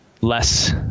less